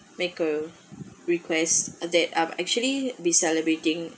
make a request that I'm actually be celebrating